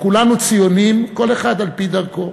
כולנו ציונים, כל אחד על-פי דרכו.